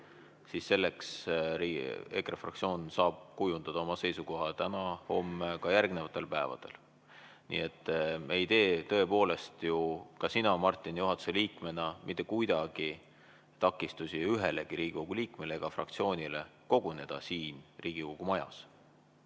siis selleks EKRE fraktsioon saab kujundada oma seisukoha täna, homme, ka järgnevatel päevadel. Nii et me ei tee tõepoolest – ka sina, Martin, juhatuse liikmena – mitte kuidagi takistusi ühelegi Riigikogu liikmele ega fraktsioonile koguneda siin Riigikogu majas.